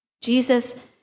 Jesus